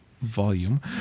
volume